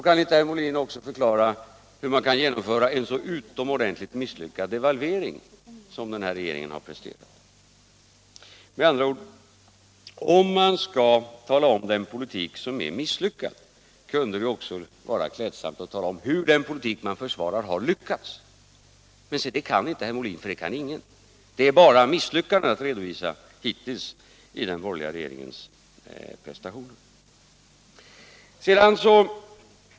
Kan inte herr Molin också förklara hur man kan genomföra en så utomordentligt misslyckad devalvering som den här regeringen har presterat? Med andra ord: Om man skall tala om den politik som är misslyckad kunde det också vara klädsamt att tala om hur den politik som man försvarar har lyckats. Men se det kan inte herr Molin, och det kan ingen. Det är bara misslyckanden att redovisa hittills i den borgerliga regeringens prestationer.